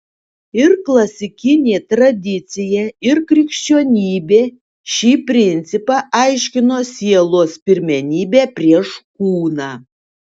ir klasikinė tradicija ir krikščionybė šį principą aiškino sielos pirmenybe prieš kūną